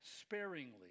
sparingly